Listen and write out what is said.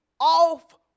off